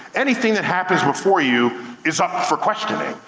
anything that happens before you is up for questioning.